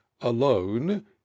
alone